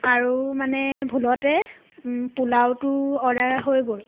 আৰু মানে ভুলতে পোলাওটো অৰ্ডাৰ হৈ গ'ল